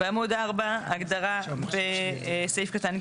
זה בעצם הגדרה שכבר